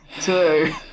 two